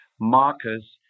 markers